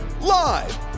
Live